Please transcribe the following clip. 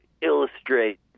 illustrate